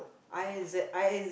I Z I I S